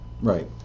Right